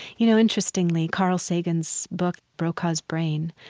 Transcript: you know, interestingly, carl sagan's book broca's brain,